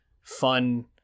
fun